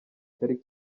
cyari